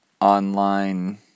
online